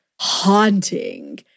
haunting